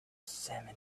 seminary